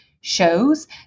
shows